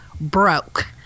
broke